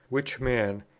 which man,